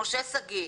משה שגיא,